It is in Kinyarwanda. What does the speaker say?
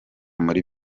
muri